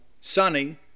sunny